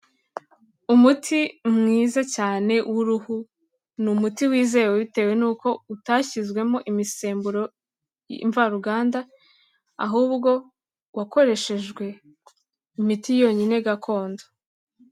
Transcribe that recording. Umuti mwiza cyane w'uruhu, ni umuti wizewe bitewe n'uko utashyizwemo imisemburo mvaruganda, ahubwo wakoreshejwe mu miti yonyine gakondo.